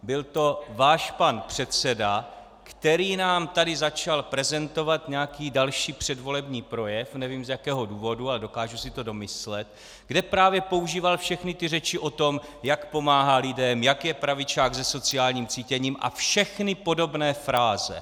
Byl to váš pan předseda, který nám tady začal prezentovat nějaký další předvolební projev nevím, z jakého důvodu, ale dokážu si to domyslet , kde právě používal všechny ty řeči o tom, jak pomáhal lidem, jak je pravičák se sociálním cítěním a všechny podobné fráze.